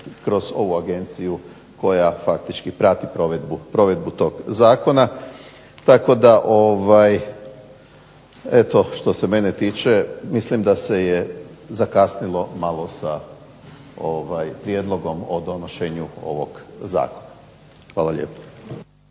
kroz ovu agenciju koja prati provedbu tog zakona. Tako da eto što se mene tiče mislim da se zakasnilo malo sa prijedlogom o donošenju ovog zakona. Hvala lijepo.